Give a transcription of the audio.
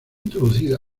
introducida